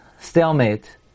stalemate